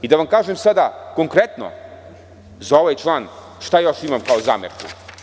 Da vam kažem konkretno za ovaj član šta još imam kao zamerku.